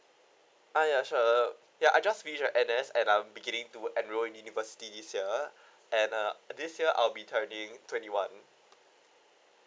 ah ya sure uh ya I just finished N_S and I'm beginning to enrol in university this year and uh this year I'll be turning twenty one